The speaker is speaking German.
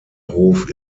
hof